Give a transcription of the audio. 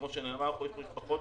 כמו שנאמר פה, יש פה משפחות